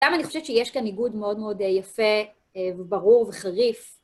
וגם אני חושבת שיש כאן ניגוד מאוד מאוד יפה, ברור וחריף.